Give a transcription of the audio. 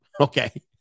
Okay